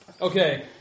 Okay